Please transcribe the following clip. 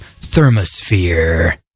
Thermosphere